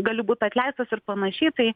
galiu būt atleistas ir panašiai tai